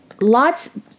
lots